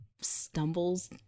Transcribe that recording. stumbles